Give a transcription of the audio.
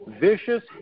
vicious